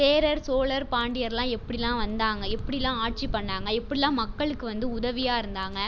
சேரர் சோழர் பாண்டியர்லாம் எப்படில்லாம் வந்தாங்கள் எப்படில்லாம் ஆட்சி பண்ணிணாங்க எப்படில்லாம் மக்களுக்கு வந்து உதவியாக இருந்தாங்கள்